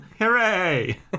Hooray